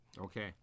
Okay